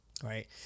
Right